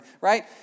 right